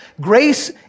Grace